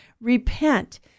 Repent